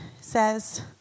says